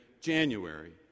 January